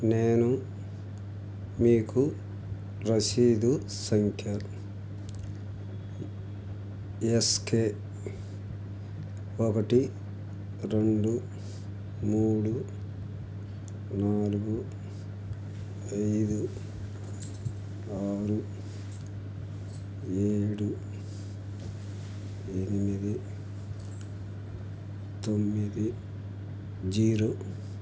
నేను మీకు రసీదు సంఖ్య ఎస్కే ఒకటి రెండు మూడు నాలుగు ఐదు ఆరు ఏడు ఎనిమిది తొమ్మిది జీరో